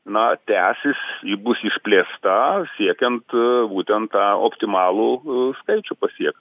na tęsis ji bus išplėsta siekiant būtent tą optimalų skaičių pasiekti